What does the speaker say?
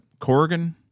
Corgan